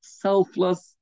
selfless